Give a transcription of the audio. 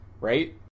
right